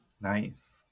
Nice